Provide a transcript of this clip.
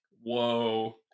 whoa